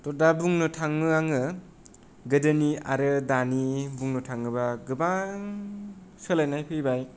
दा बुंनो थाङो आङो गोदोनि आरो दानि बुंनो थाङोबा गोबां सोलायनाय फैबाय